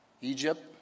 Egypt